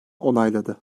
onayladı